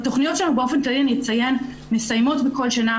בתכניות שלנו באופן כללי מסיימות בכל שנה,